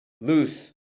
loose